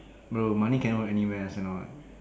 bro money can earn anywhere understand or not